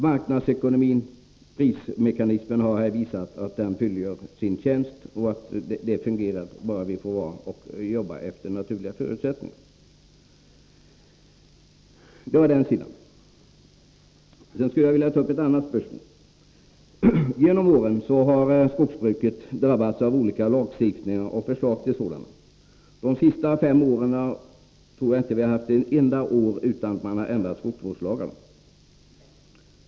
Marknadsekonomin har här genom prismekanismen visat att den fullgör sin tjänst och att den fungerar, bara vi får jobba efter naturliga förutsättningar. Det var den sidan. Sedan skulle jag vilja ta upp ett annat spörsmål. Genom åren har skogsbruket drabbats av olika lagstiftningar och förslag till sådana. Jag tror inte att det under de senaste fem åren har gått ett enda år utan att skogsvårdslagen har ändrats.